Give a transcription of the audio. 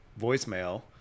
voicemail